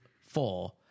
four